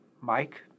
Mike